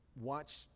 watch